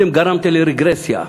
אתם גרמתם לרגרסיה.